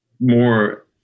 More